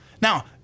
Now